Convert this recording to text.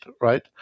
right